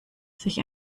sich